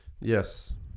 Yes